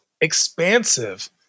expansive